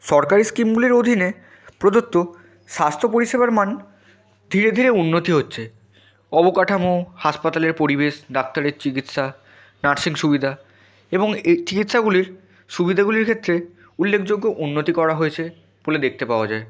সরকারি স্কিমগুলির অধীনে প্রদত্ত স্বাস্থ্য পরিষেবার মান ধীরে ধীরে উন্নতি হচ্ছে অবকাঠামো হাসপাতালের পরিবেশ ডাক্তারের চিকিৎসা নার্সিং সুবিধা এবং এ চিকিৎসাগুলির সুবিদেগুলির ক্ষেত্রে উল্লেখযোগ্য উন্নতি করা হয়েছে বলে দেখতে পাওয়া যায়